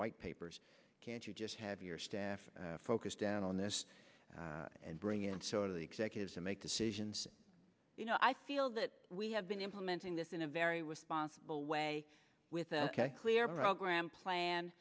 white papers can't you just have your staff focus down on this and bring in sort of the executives to make decisions you know i feel that we have been implementing this in a very was sponsible way with a clear program plan